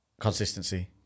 Consistency